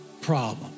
problem